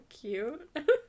cute